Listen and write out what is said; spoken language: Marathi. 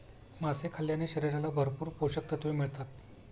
मासे खाल्ल्याने शरीराला भरपूर पोषकतत्त्वे मिळतात